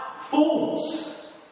fools